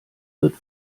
wird